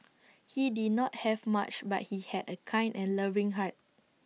he did not have much but he had A kind and loving heart